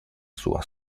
sua